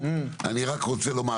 אני רוצה לומר